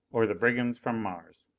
or the brigands from mars.